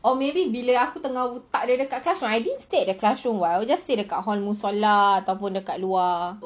or maybe bila aku tak ada dekat class I didn't stay at the classroom [what] I will just stay at the musollah ataupun dekat luar